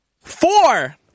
Four